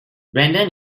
brandon